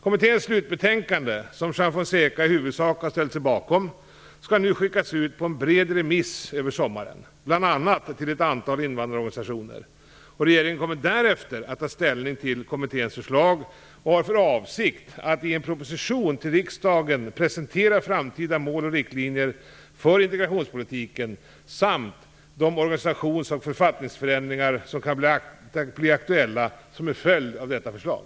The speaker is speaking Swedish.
Kommitténs slutbetänkande, som Juan Fonseca i huvudsak har ställt sig bakom, skall nu skickas ut på en bred remiss över sommaren, bl.a. till ett antal invandrarorganisationer. Regeringen kommer därefter att ta ställning till kommitténs förslag och har för avsikt att i en proposition till riksdagen presentera framtida mål och riktlinjer för integrationspolitiken samt de organisations och författningsförändringar som kan bli aktuella som en följd av detta förslag.